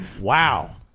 wow